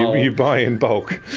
you buy in bulk.